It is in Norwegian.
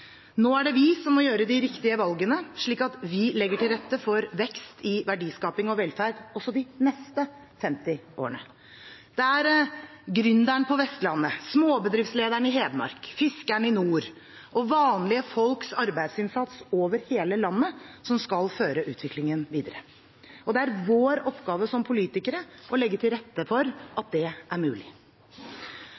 Nå er det vi som må gjøre de riktige valgene, slik at vi legger til rette for vekst i verdiskaping og velferd også de neste 50 årene. Det er gründeren på Vestlandet, småbedriftslederen i Hedmark, fiskeren i nord og vanlige folks arbeidsinnsats over hele landet som skal føre utviklingen videre. Det er vår oppgave som politikere å legge til rette for at det er mulig.